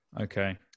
Okay